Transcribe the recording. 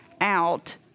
out